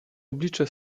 oblicze